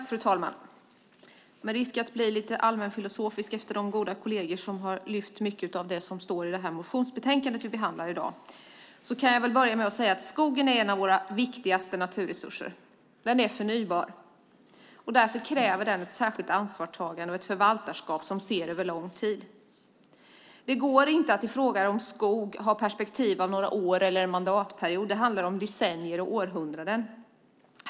Fru talman! Med risk för att bli lite allmänfilosofisk efter de goda kolleger som har lyft fram mycket av det som står i motionsbetänkandet som vi behandlar i dag kan jag börja med att säga att skogen är en av våra viktigaste naturresurser. Den är förnybar. Därför kräver den ett särskilt ansvarstagande och ett förvaltarskap som ser över lång tid. Det går inte att i frågan om skog ha perspektivet några år eller en mandatperiod; det handlar om decennier och århundraden.